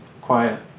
quiet